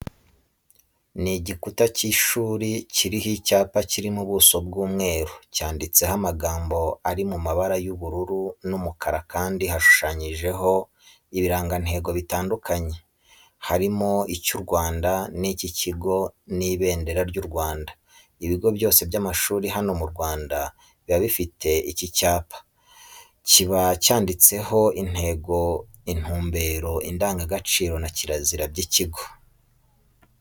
Ni igikuta cy'ishuri kiriho icyapa kiri mu buso bw'umweru, cyanditseho amagambo ari mu mabara y'ubururu n'umukara kandi hashushanyijeho ibirangantego bitandukanye, harimo icy'u Rwanda, icy'ikigo n'ibendera ry'u Rwanda. Ibigo byose by'amashuri hano mu Rwanda biba bifite iki cyapa, kiba cyanditseho intego, intumbero, indangagaciro na kirazira by'ikigo.